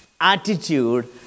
attitude